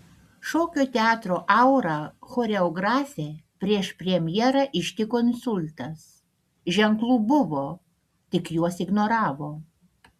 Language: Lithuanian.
šokio teatro aura choreografę prieš premjerą ištiko insultas ženklų buvo tik juos ignoravo